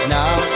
now